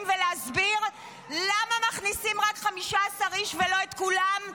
ולהסביר למה מכניסים רק 15 אנשים ולא את כולם?